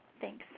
thanks